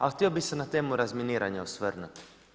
Ali htio bih se na temu razminiranja osvrnuti.